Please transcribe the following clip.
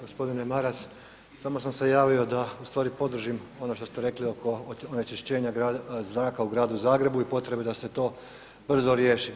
G. Maras, samo sam se javio da ustvari podržim ono što ste rekli oko onečišćenja zraka u gradu Zagrebu i potrebi da se to brzo riješi.